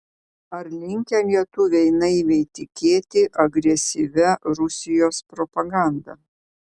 ar linkę lietuviai naiviai tikėti agresyvia rusijos propaganda